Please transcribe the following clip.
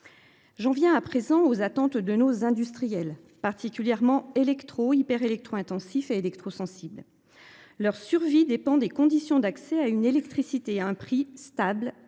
J’en viens à présent aux attentes de nos industriels, en particulier les industries électro intensives, hyper électro intensives et électrosensibles. Leur survie dépend des conditions d’accès à une électricité à un prix stable et